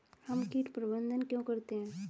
हम कीट प्रबंधन क्यों करते हैं?